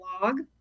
blog